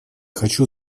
хочу